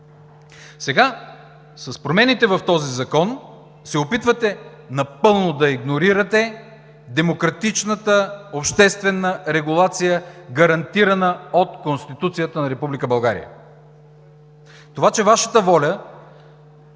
Сега, с промените в този закон, се опитвате напълно да игнорирате демократичната обществена регулация, гарантирана от Конституцията на Република България. Това, че Вашата воля